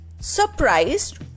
surprised